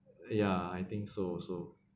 ya I think so also